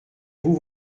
vous